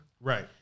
Right